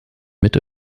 mit